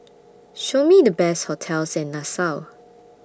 Show Me The Best hotels in Nassau